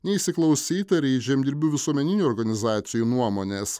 neįsiklausyta į žemdirbių visuomeninių organizacijų nuomonės